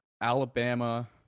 Alabama